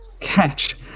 Catch